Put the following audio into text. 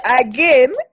again